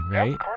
right